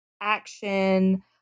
action